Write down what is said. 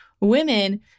women